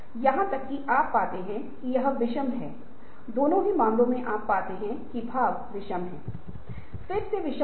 इस प्रकार हम केवल परिवर्तन को बनाए नहीं रख रहे हैं हम पहले जो हैं उस पर सुधार कर रहे हैं